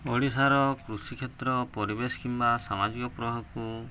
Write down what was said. ଓଡ଼ିଶାର କୃଷିକ୍ଷେତ୍ର ପରିବେଶ କିମ୍ବା ସାମାଜିକ ପ୍ରଭାବକୁ